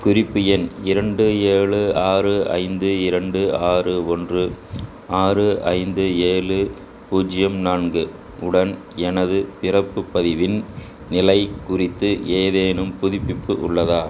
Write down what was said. குறிப்பு எண் இரண்டு ஏழு ஆறு ஐந்து இரண்டு ஆறு ஒன்று ஆறு ஐந்து ஏழு பூஜ்ஜியம் நான்கு உடன் எனது பிறப்பு பதிவின் நிலை குறித்து ஏதேனும் புதுப்பிப்பு உள்ளதா